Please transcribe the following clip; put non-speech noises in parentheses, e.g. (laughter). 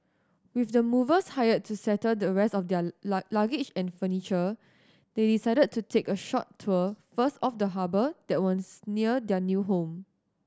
with the movers hired to settle the rest of their (unintelligible) luggage and furniture they decided to take a short tour first of the harbour that was near their new home